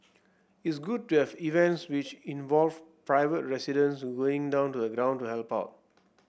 it's good to have events which involve private residents going down to the ground to help out